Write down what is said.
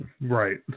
Right